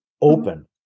open